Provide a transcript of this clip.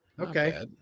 Okay